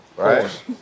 Right